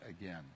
again